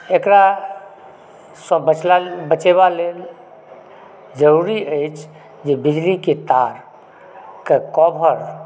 एकरा सँ बचेबा लेल जरुरी अछि जे बिजलीके तारकेॅं कवर